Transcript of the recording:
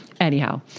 anyhow